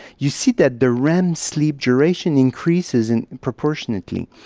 you see that the rem sleep duration increases and proportionately.